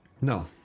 No